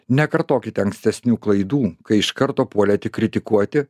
nekartokite ankstesnių klaidų kai iš karto puolėte kritikuoti